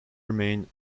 remain